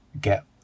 get